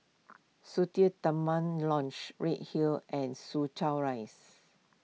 Sungei Tengah Lodge Redhill and Soo Chow Rise